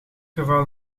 geval